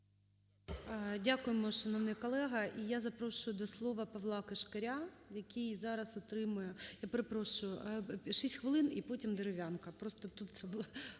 Дякуємо, шановний колега. І я запрошую до слова Павла Кишкаря, який зараз отримує, я перепрошую, 6 хвилин. І потім Дерев'янко.